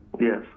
Yes